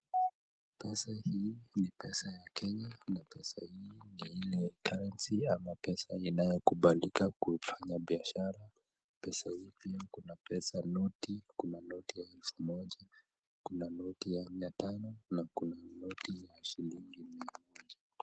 Pesa hii ni pesa ya Kenya na pesa hii ni ile currency ama pesa inayokubalika kufanya biashara . Pesa hii pia kuna pesa noti ,kuna noti ya elfu moja kuna noti ya mia tano na kuna naoti ya shilingi miamoja .